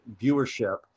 viewership